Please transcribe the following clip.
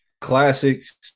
Classics